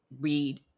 read